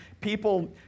people